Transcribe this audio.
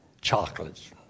chocolates